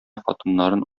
хатыннарын